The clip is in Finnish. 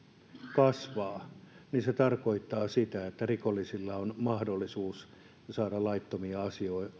kasvaa niin se tarkoittaa sitä että rikollisilla on mahdollisuus saada laittomia